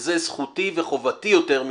לא יעזור מה שתסביר לו פה עניינית,